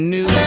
New